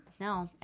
No